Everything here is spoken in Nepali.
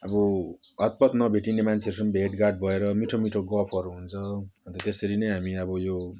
अब हतपत नभेटिने मान्छेहरूसँग पनि भेटघाट भएर मिठो मिठो गफहरू हुन्छ अनि त त्यसरी नै हामी अब यो